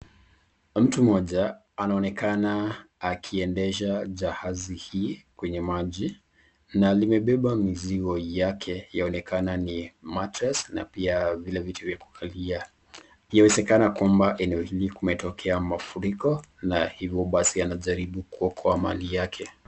Mtu moja anaonekana akiendesha jahazi hii kwenye maji na inapepa mizigo yake yaonekana ni mattress na pia vile vitu vya kukalia inawekana kwamba eneo hili imetokea mafuriko hivyo pasi anajaribu kuokoa mali yake.